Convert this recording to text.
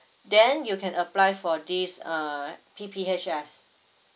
then you can apply for this uh P_P_H_S